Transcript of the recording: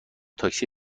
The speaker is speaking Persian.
تاکسی